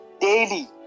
daily